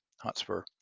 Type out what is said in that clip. Hotspur